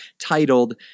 titled